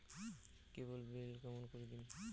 কেবল bill কেমন করি দিম?